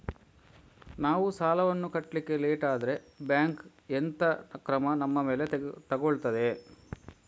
ನಾವು ಸಾಲ ವನ್ನು ಕಟ್ಲಿಕ್ಕೆ ಲೇಟ್ ಆದ್ರೆ ಬ್ಯಾಂಕ್ ಎಂತ ಕ್ರಮ ನಮ್ಮ ಮೇಲೆ ತೆಗೊಳ್ತಾದೆ?